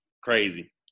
crazy